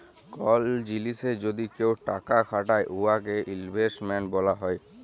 call জিলিসে যদি কেউ টাকা খাটায় উয়াকে ইলভেস্টমেল্ট ব্যলা হ্যয়